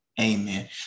Amen